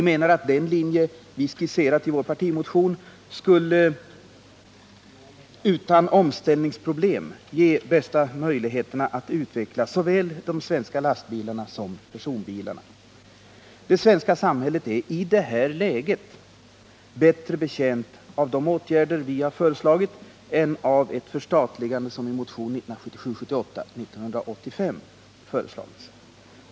Den linje som vi skisserat i vår partimotion skulle utan omställningsproblem ge de bästa möjligheterna att utveckla såväl de svenska lastbilarna som de svenska personbilarna. Det svenska samhället är i det här läget bättre betjänt av de åtgärder vi föreslagit än av ett förstatligande som föreslagits i motionen 1977/78:1985.